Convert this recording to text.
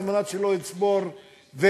על מנת שלא יצבור ותק